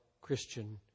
Christian